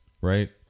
right